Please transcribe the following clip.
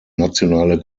nationale